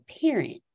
parent